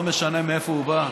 לא משנה מאיפה הוא בא.